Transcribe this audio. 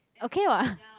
okay [what]